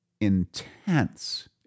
intense